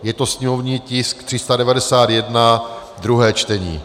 Je to sněmovní tisk 391, druhé čtení.